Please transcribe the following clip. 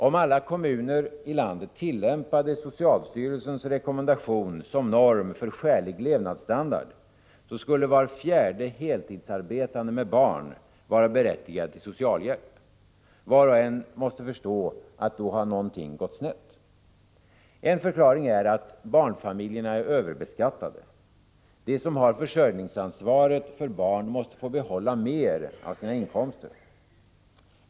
Om alla kommuner i landet tillämpade socialstyrelsens rekommendation som norm för skälig levnadsstandard skulle var fjärde heltidsarbetande med barn vara berättigad till socialhjälp. Var och en måste förstå att något då har gått snett. En förklaring är att barnfamiljerna är överbeskattade. De som har försörjningsansvaret för barn måste få behålla mer av sina inkomster.